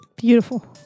Beautiful